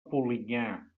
polinyà